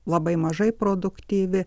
labai mažai produktyvi